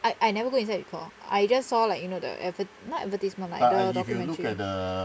I I never go inside before I just saw like you know the advert~ not advertisement like the documentary